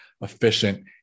efficient